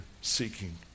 seeking